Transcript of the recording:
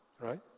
right